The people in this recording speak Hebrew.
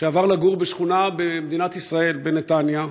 שעבר לגור בשכונה במדינת ישראל, בנתניה.